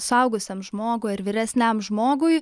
suaugusiam žmogui ar vyresniam žmogui